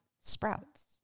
sprouts